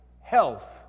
health